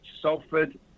Salford